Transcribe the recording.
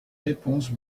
réponse